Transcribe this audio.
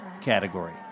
category